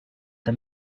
the